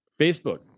Facebook